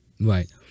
Right